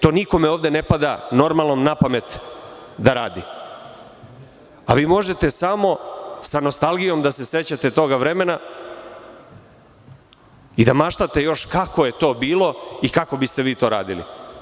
To nikome normalnom ovde ne pada na pamet da radi, a vi možete samo sa nostalgijom da se sećate toga vremena i da maštate još kako je to bilo i kako biste vi to radili.